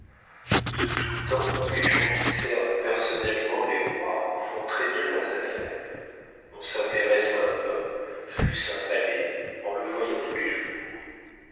de tout temps les gens qui servent personnellement les rois font très-bien leurs affaires on s'intéresse à un homme fût-ce un valet en le voyant tous les jours